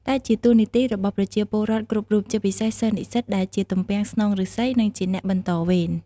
តែជាតួនាទីរបស់ប្រជាពលរដ្ឋគ្រប់រូប ជាពិសេសសិស្សនិស្សិតដែលជាទំពាំងស្នងឫស្សី និងជាអ្នកបន្តវេន។